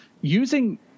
using